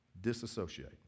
disassociate